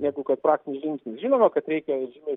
negu kad praktiniai žingsniai žinoma kad reikia žymiai